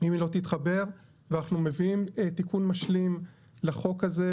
אם היא לא תתחבר ואנחנו מביאים תיקון משלים לחוק הזה,